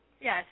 Yes